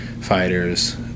fighter's